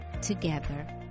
together